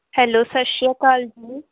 hello ਸਤਿ ਸ਼੍ਰੀ ਅਕਾਲ ਜੀ